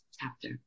chapter